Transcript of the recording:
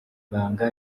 banga